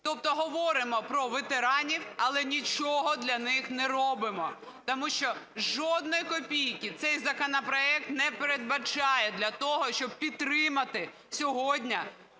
тобто говоримо про ветеранів, але нічого для них не робимо. Тому що жодної копійки цей законопроект не передбачає для того, щоб підтримати сьогодні